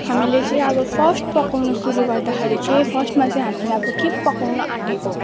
हामीले चाहिँ अब फर्स्ट पकाउनु सुरु गर्दाखेरि चाहिँ फर्स्टमा चाहिँ हामीले अब के पकाउनु आँटेको